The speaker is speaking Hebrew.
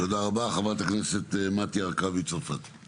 תודה רבה, חברת הכנסת מטי צרפתי הרכבי.